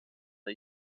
der